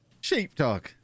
Sheepdog